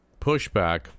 Pushback